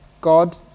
God